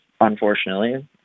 unfortunately